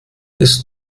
ist